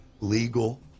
legal